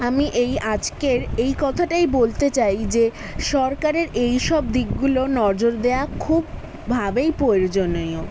আমি এই আজকের এই কথাটাই বলতে চাই যে সরকারের এইসব দিকগুলোও নজর দেওয়া খুবভাবেই প্রয়োজনীয়